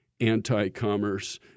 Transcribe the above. anti-commerce